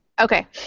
Okay